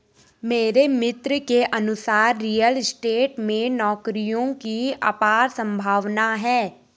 मेरे मित्र के अनुसार रियल स्टेट में नौकरियों की अपार संभावना है